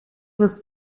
was